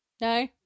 No